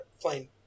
plain